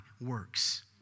works